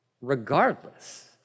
regardless